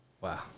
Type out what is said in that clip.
Wow